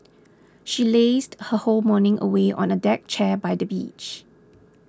she lazed her whole morning away on a deck chair by the beach